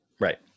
right